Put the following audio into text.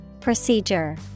Procedure